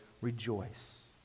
rejoice